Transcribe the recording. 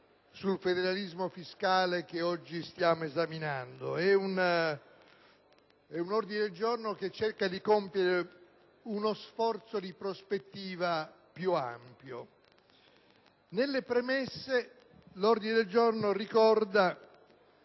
sul federalismo fiscale che oggi stiamo esaminando; è un ordine del giorno che cerca di compiere uno sforzo di prospettiva più ampio. Nelle premesse l'ordine del giorno ricorda